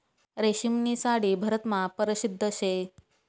रेशीमनी साडी भारतमा परशिद्ध शे